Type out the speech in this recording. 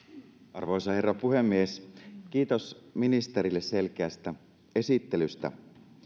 arvoisa herra puhemies kiitos ministerille selkeästä esittelystä